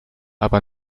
aber